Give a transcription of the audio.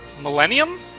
Millennium